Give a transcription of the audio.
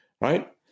right